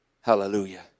Hallelujah